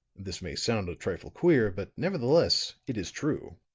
this may sound a trifle queer but nevertheless it is true.